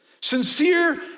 Sincere